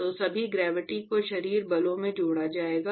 तो सभी ग्रेविटी को शरीर बलों में जोड़ा जाएगा